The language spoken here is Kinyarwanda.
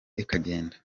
ikagenda